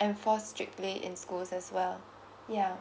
enforced strictly in schools as well yeah